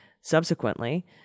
Subsequently